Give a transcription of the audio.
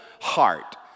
heart